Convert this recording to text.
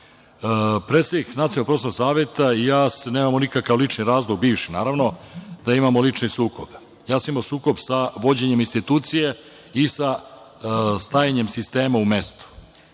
Predsednik Nacionalnog prosvetnog saveta i ja nemamo nikakav lični razlog, bivši, naravno, da imamo lične sukobe. Ja sam imao sukob sa vođenjem institucije i sa stajanjem sistema u mestu,